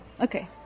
Okay